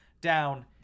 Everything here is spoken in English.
down